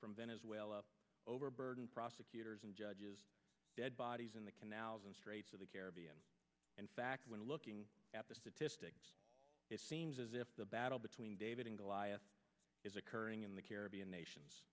from venezuela overburdened prosecutors and judges dead bodies in the canals and straits of the caribbean in fact when looking at the statistics it seems as if the battle between david and goliath is occurring in the caribbean nations